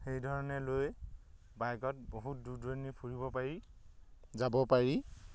সেইধৰণে লৈ বাইকত বহুত দূৰ দূৰণি ফুৰিব পাৰি যাব পাৰি